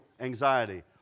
anxiety